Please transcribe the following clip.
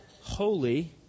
holy